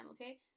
Okay